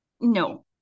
No